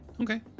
Okay